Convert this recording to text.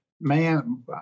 man